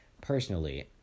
Personally